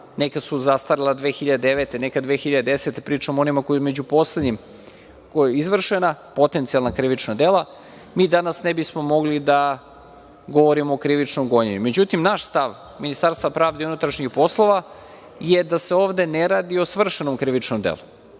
neka su zastarela 2009, a neka 2010. godine, pričamo o onima koji su među poslednjima izvršena, potencijalna krivična dela, mi danas ne bismo mogli da govorimo o krivičnom gonjenju. Međutim, naš stav, Ministarstva pravde i unutrašnjih poslova, je da se ovde ne radi o svršenom krivičnom delu.